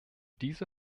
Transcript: diese